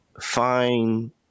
fine